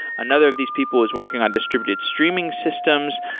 another of these people was working on distributed streaming systems.